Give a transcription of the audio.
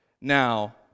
now